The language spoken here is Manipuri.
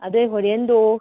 ꯑꯗꯣ ꯍꯣꯔꯦꯟꯗꯨ